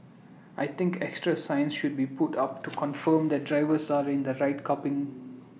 I think extra signs should be put up to confirm that drivers are in the right car pin